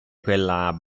quella